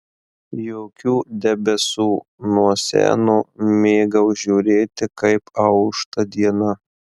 jokių debesų nuo seno mėgau žiūrėti kaip aušta diena